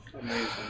Amazing